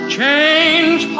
change